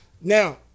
Now